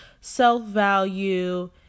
self-value